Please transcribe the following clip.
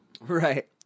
Right